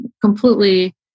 completely